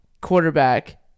quarterback